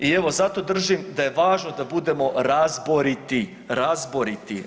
I evo zato držim da je važno da budemo razboriti, razboriti.